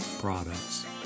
products